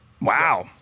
Wow